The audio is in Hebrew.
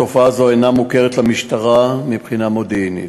תופעה זו אינה מוכרת למשטרה מבחינה מודיעינית.